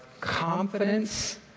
confidence